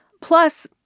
Plus